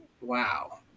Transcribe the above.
wow